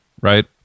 right